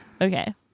Okay